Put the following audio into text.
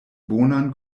bonan